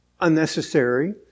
unnecessary